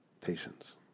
Patience